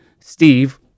Steve